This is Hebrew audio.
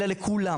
אלא לכולם.